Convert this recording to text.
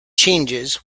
changes